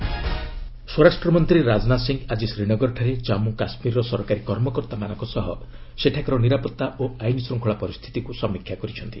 ରାଜନାଥ କାଶ୍ୱୀର ସ୍ୱରାଷ୍ଟ୍ର ମନ୍ତ୍ରୀ ରାଜନାଥ ସିଂ ଆଜି ଶ୍ରୀନଗରଠାରେ ଜମ୍ମୁ କାଶ୍ମୀରର ସରକାରୀ କର୍ମକର୍ତ୍ତାମାନଙ୍କ ସହ ସେଠାକାର ନିରାପତ୍ତା ଓ ଆଇନ ଶୃଙ୍ଖଳା ପରିସ୍ଥିତିକୁ ସମୀକ୍ଷା କରିଛନ୍ତି